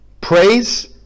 praise